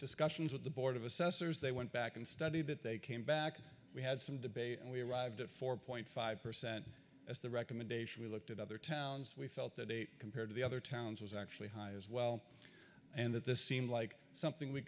discussions with the board of assessors they went back and studied that they came back we had some debate and we arrived at four point five percent as the recommendation we looked at other towns we felt that eight compared to the other towns was actually higher as well and that this seemed like something we